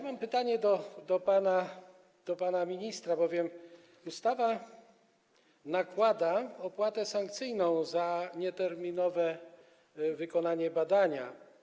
Mam pytanie do pana ministra, bowiem ustawa nakłada opłatę sankcyjną za nieterminowe wykonanie badania.